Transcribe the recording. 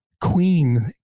Queen